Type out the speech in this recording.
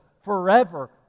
forever